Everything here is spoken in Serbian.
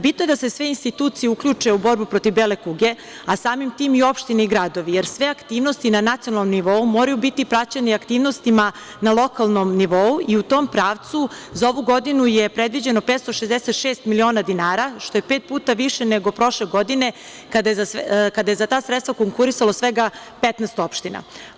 Bitno je da se sve institucije uključe u borbu protiv bele kuge, a samim tim i opštine i gradovi, jer sve aktivnosti na nacionalnom nivou moraju biti praćene aktivnostima na lokalnom nivou i u tom pravcu za ovu godinu je predviđeno 566 miliona dinara, što je pet puta više nego prošle godine kada je za ta sredstva konkurisalo svega 15 opština.